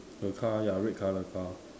a car ya red color car